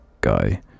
guy